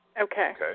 Okay